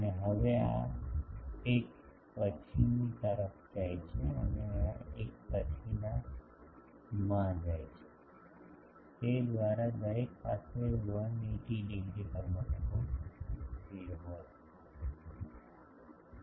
અને હવે આ એક પછીની તરફ જાય છે અને આ એક પછીનામાં જાય છે તે દ્વારા દરેક પાસે 180 ડિગ્રી તબક્કો ફીડ હોય છે